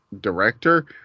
director